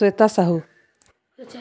Shweta Sahu